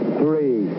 three